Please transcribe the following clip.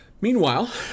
meanwhile